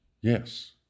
yes